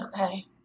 Okay